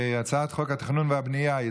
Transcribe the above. הצעת חוק התכנון והבנייה (תיקון,